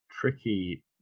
tricky